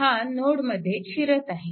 हा नोडमध्ये शिरत आहे